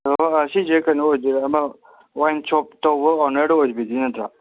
ꯀꯩꯅꯣ ꯁꯤꯁꯦ ꯀꯩꯅꯣ ꯑꯣꯏꯗꯣꯏꯔ ꯑꯃ ꯋꯥꯏꯟ ꯁꯣꯞ ꯇꯧꯕ ꯑꯣꯅꯔꯗꯣ ꯑꯣꯏꯕꯤꯗꯣꯏ ꯅꯠꯇ꯭ꯔꯣ